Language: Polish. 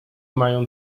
mają